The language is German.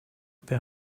wer